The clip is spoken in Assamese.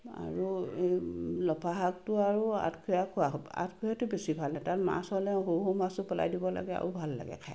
আৰু লফা শাকটো আৰু আঠখৰীয়া খোৱা হয় আঠখৰীয়াটো বেছি ভাল তাতে মাছ হ'লে সৰু সৰু মাছো পেলাই দিব লাগে আৰু ভাল লাগে খাই